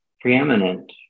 preeminent